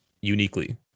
uniquely